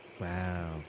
Wow